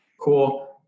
cool